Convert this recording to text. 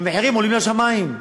והמחירים עולים לשמים.